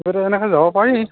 এনেকৈ যাব পাৰি